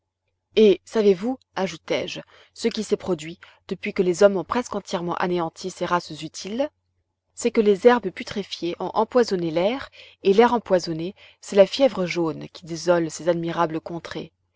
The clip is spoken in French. et savez-vous ajoutai-je ce qui s'est produit depuis que les hommes ont presque entièrement anéanti ces races utiles c'est que les herbes putréfiées ont empoisonné l'air et l'air empoisonné c'est la fièvre jaune qui désole ces admirables contrées